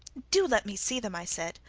do let me see them i said.